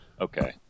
Okay